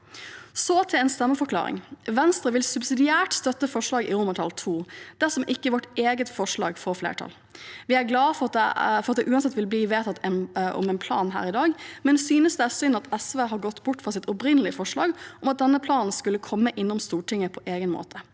Så til en stemmeforklaring: Venstre vil subsidiært støtte forslag til vedtak II, dersom ikke vårt eget forslag får flertall. Vi er glade for at det uansett vil bli vedtak om en plan her i dag, men synes det er synd at SV har gått bort fra sitt opprinnelige forslag om at denne planen skulle komme innom Stortinget på egnet måte.